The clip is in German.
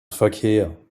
verkehr